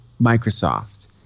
Microsoft